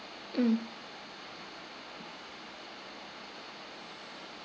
mm